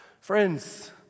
Friends